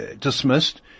dismissed